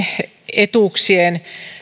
etuuksien